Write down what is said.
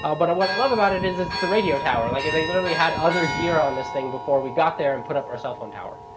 but what i love about it is is the radio tower, like it they literally had other gear on this thing before we got there and put up our cell phone tower.